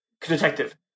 detective